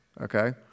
Okay